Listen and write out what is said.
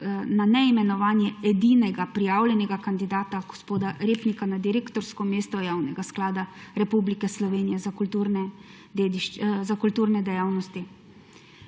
neimenovanja edinega prijavljenega kandidata gospoda Repnika na direktorsko mesto Javnega sklada Republike Slovenije za kulturne dejavnosti.